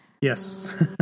Yes